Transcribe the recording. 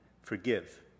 forgive